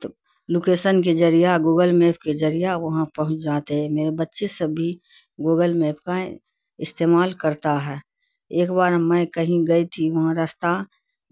تو لوکیسن کے ذریعہ گوگل میپ کے ذریعہ وہاں پہنچ جاتے میرے بچے سب بھی گوگل میپ کا استعمال کرتا ہے ایک بار میں کہیں گئی تھی وہاں رستہ